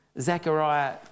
Zechariah